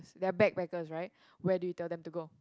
they are backpackers right where do you tell them to go